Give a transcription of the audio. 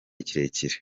kirekire